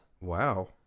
wow